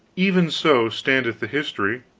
even so standeth the history,